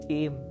aim